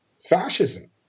Fascism